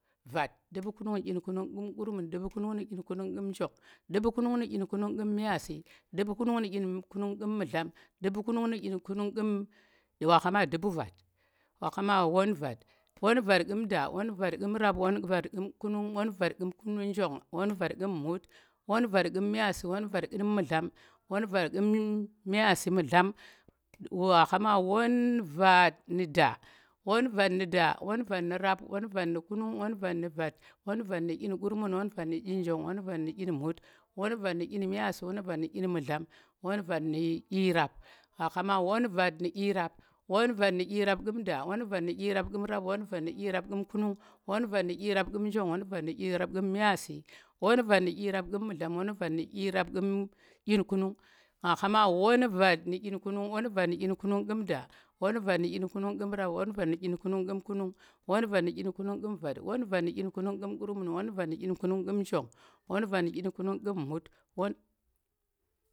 vat du̱pu̱ kunung nu̱ ɗyin kunung kum gurmun, du̱pu̱ kumung nu̱ ɗyin kunung kum njong, du̱pu̱ kunung nu̱ ɗyin kunung kum njong, du̱pu̱ kunung nu̱ ɗyin kunung ƙu̱m mut, du̱pu̱ kunung nu̱ ɗyin kunung ƙu̱m myaasi, du̱pu̱ kunung nu̱ ɗyin kunung ƙu̱m mudlam, dubu kunung nu- wa khama won vat, won vat ƙu̱m da, won vat ƙu̱m rap, won vat ƙu̱m kunung, won vat ƙu̱m njong, won vat ƙu̱m mut, won vat ƙu̱m myaasi, won vat ƙu̱m mu̱dlam, won vat myaasi, mu̱dlam, wa khama won vat nu̱ da, won vat nu̱ da, won vat nu̱ rap, won vat nu̱ kunung, won vat nu̱ vat, won vat nu̱ ɗyin gurmun, won vat nu̱ ɗyin njong, won vat nu̱, ɗyin mut, won vat nu̱ ɗyin myaasi, won vat nu̱ ɗyin mu̱dlam, won vat nu̱ ɗyirap, wa khama won vat nu̱ ɗyirap, won vat nu̱ ɗyirap ƙu̱m da, won vat nu̱ ɗyirap ƙu̱m rap, won bat nu̱ ɗyirap kum kunung, won vat nu̱ ɗyira ƙu̱m njong, won vat nu̱ ɗyirap ƙu̱m myaasi, won vat nu̱ ɗyirap ƙu̱m, ɗyin kunung, nga khama won vat nu̱ ɗyin kunung, won vat nu̱ ɗyin kunung ƙu̱m da, won vat nu̱ ɗyin kunung ƙu̱m rap, won vat ɗyin kunung ƙu̱m kunung, won vat nu̱ ɗyin kunung ƙu̱m vat, won vat nu̱ ɗyin kunung ƙu̱m njong, won vat nu̱ ɗyin kunung ƙu̱m mut, won